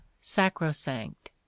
sacrosanct